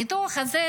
הניתוח הזה,